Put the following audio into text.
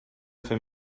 fer